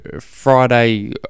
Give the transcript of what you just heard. Friday